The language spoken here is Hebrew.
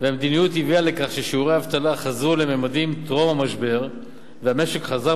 והמדיניות הביאה לכך ששיעורי האבטלה חזרו לממדים טרום המשבר והמשק חזר,